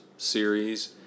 Series